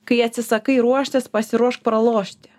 kai atsisakai ruoštis pasiruošk pralošti